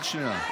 רק שנייה.